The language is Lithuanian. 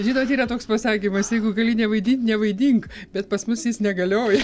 žinot yra toks pasakymas jeigu gali nevaidint nevaidink bet pas mus jis negalioja